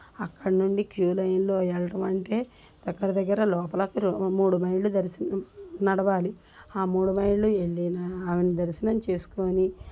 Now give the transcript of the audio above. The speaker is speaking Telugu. అక్కడ నుండి క్యూ లైన్లో వెళ్ళడం అంటే దగ్గర దగ్గర లోపల మూడు మైళ్ళు దర్శనం నడవాలి ఆ మూడు మైళ్ళు వెళ్ళినా ఆవిడ్ని దర్శనం చేసుకోని